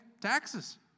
taxes